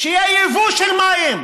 שיהיה יבוא של מים,